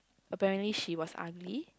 apparently she was ugly